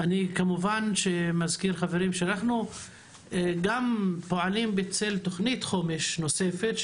אני מזכיר שאנחנו פועלים בצל תוכנית חומש נוספת,